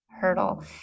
hurdle